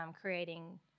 creating